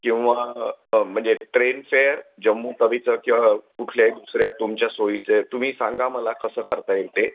किंवा म्हणजे train fare जम्मूचा किंवा कुठल्या दुसऱ्या तुमच्या सोयीचे तुम्ही सांगा मला कसं करता येईल ते